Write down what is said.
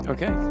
Okay